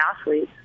athletes